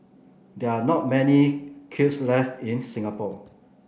there are not many kilns left in Singapore